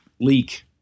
leak